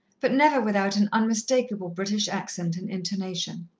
but never without an unmistakable british accent and intonation.